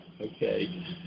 okay